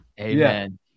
Amen